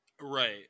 Right